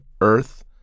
earth